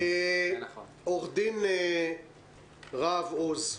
עו"ד רהב עוז,